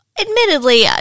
Admittedly